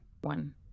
One